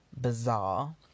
bizarre